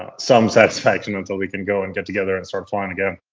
ah some satisfaction until we can go and get together and start flying again.